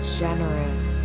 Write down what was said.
generous